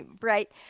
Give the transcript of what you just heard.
Right